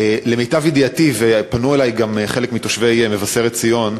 למיטב ידיעתי, ופנו אלי גם חלק מתושבי מבשרת-ציון,